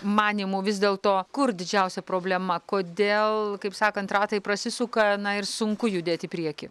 manymu vis dėlto kur didžiausia problema kodėl kaip sakant ratai prasisuka na ir sunku judėt į priekį